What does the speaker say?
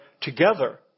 together